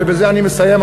ובזה אני מסיים,